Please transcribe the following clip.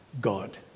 God